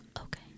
Okay